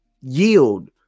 yield